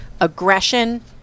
aggression